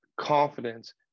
confidence